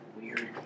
weird